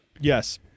Yes